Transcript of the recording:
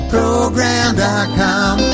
Program.com